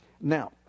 Now